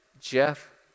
Jeff